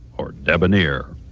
or debonair.